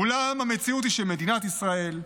אולם המציאות היא שמדינת ישראל,